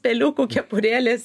peliukų kepurėlės